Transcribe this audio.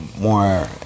more